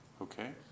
Okay